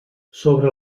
sobre